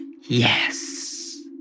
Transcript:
Yes